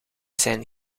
zijn